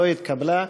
לא נתקבלה.